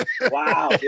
Wow